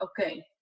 okay